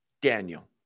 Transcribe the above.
Daniel